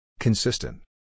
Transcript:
Consistent